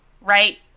right